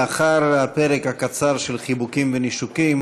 לאחר הפרק הקצר של חיבוקים ונישוקים,